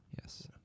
Yes